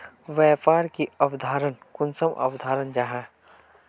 व्यापार की अवधारण कुंसम अवधारण जाहा?